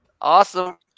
Awesome